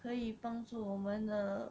可以帮助我们的